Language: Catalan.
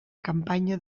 campanya